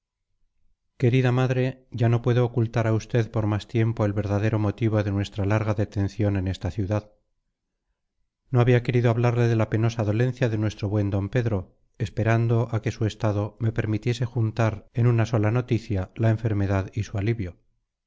querida madre ya no puedo ocultar a usted por más tiempo el verdadero motivo de nuestra larga detención en esta ciudad no había querido hablarle de la penosa dolencia de nuestro buen d pedro esperando a que su estado me permitiese juntar en una sola noticia la enfermedad y su alivio